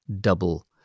double